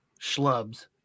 schlubs